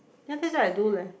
ya that's what I do leh